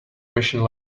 machine